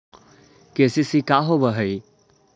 KCC का होव हइ?